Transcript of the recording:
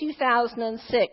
2006